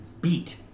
beat